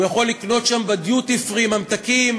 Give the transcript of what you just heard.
הוא יכול לקנות שם בדיוטי-פרי ממתקים